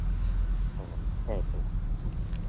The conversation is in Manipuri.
ꯎꯝ ꯍꯣꯏ ꯍꯣꯏ ꯐꯔꯦ ꯐꯔꯦ